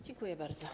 Dziękuję bardzo.